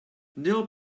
dill